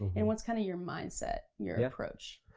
and what's kinda your mindset, your approach?